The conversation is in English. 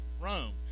Rome